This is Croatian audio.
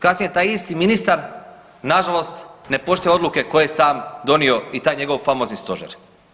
Kasnije taj isti ministar nažalost ne poštiva odluke koje je sam donio i taj njegov famozni stožer.